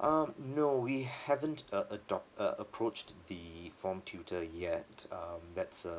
um no we haven't a~ adopt a~ approached the form tutor yet um that's um